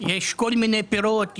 יש כל מיני פירות.